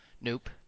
Nope